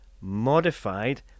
modified